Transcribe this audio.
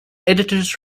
editors